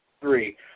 three